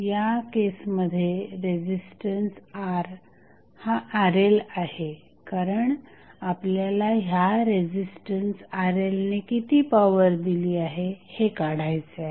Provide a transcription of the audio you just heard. या केसमध्ये resistance R हा RLआहे कारण आपल्याला ह्या रेझिस्टन्स RL ने किती पॉवर दिली हे काढायचे आहे